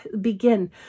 begin